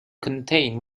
contain